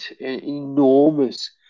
enormous